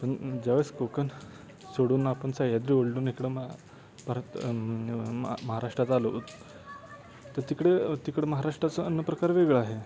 पण ज्यावेळेस कोकण सोडून आपण सह्याद्री ओलंडून इकडं मा परत मा महाराष्ट्रात आलो तर तिकडे तिकडं महाराष्ट्राचा अन्नप्रकार वेगळा आहे